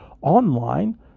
online